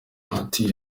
ati